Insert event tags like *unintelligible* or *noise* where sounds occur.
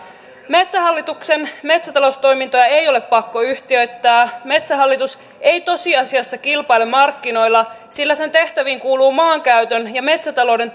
metsähallituksen metsätaloustoimintoja ei ole pakko yhtiöittää metsähallitus ei tosiasiassa kilpaile markkinoilla sillä sen tehtäviin kuuluu maankäytön ja metsätalouden *unintelligible*